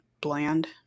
bland